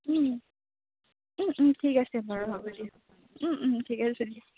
ঠিক আছে বাৰু হ'ব দিয়ক ঠিক আছে